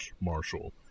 Marshall